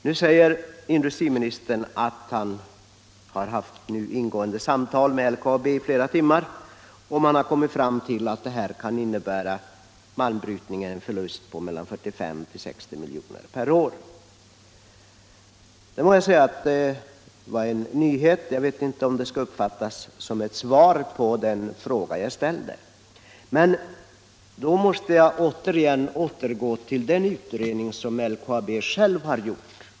Nu säger industriministern att han haft ingående samtal med företrädare för LKAB i flera timmar och att man därvid kommit fram till att malmbrytning i Kaunisvaara skulle medföra en förlust på mellan 45 och 60 milj.kr. per år. Det var en nyhet! Jag vet inte om det skall uppfattas som ett svar på den fråga jag ställde. Jag måste återgå till den utredning som LKAB har gjort.